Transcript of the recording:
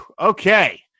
Okay